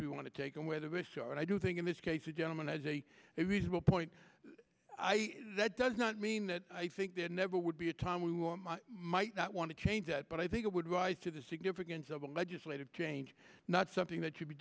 you want to take and whether bashar and i do think in this case the gentleman has a reasonable point that does not mean that i think there never would be a time when we might not want to change that but i think it would rise to the significance of a legislative change not something that should be